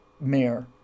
mayor